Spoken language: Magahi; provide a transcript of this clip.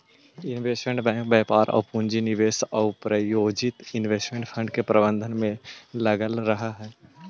इन्वेस्टमेंट बैंक व्यापार आउ पूंजी निवेश आउ प्रायोजित इन्वेस्टमेंट फंड के प्रबंधन में लगल रहऽ हइ